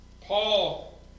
Paul